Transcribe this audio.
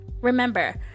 Remember